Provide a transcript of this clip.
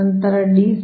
ನಂತರ 7